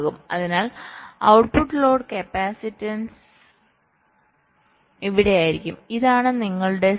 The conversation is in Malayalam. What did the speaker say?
അതിനാൽ ഔട്ട്പുട്ട് ലോഡ് കപ്പാസിറ്റൻസ് ഇവിടെയായിരിക്കും ഇതാണ് നിങ്ങളുടെ സി